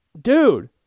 dude